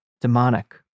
Demonic